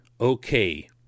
okay